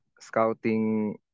scouting